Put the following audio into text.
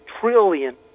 trillion